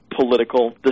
political